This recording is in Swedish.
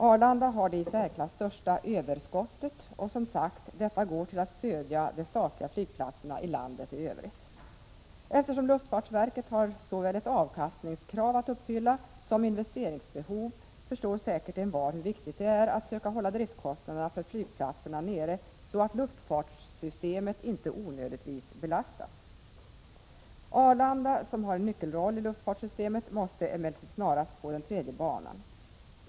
Arlanda har det i särklass största överskottet och, som sagt, detta går till att stödja de statliga flygplatserna i landet i övrigt. Eftersom luftfartsverket har såväl ett avkastningskrav att uppfylla som investeringsbehov, förstår säkert envar hur viktigt det är att söka hålla driftkostnaderna för flygplatserna nere, så att luftfartssystemet inte onödigtvis belastas. Arlanda, som har en nyckelroll i luftfartssystemet, måste emellertid snarast få den tredje banan.